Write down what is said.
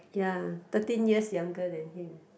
ya thirteen years younger than him